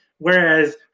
Whereas